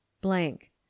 blank